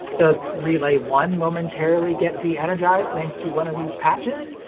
does relay one momentarily get de-energized thanks to one of these patches?